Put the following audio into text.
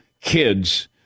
kids